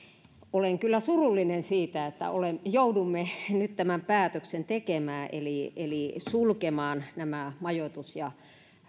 olen kyllä surullinen siitä että joudumme nyt tämän päätöksen tekemään eli eli sulkemaan majoitus ja